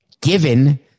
Given